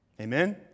Amen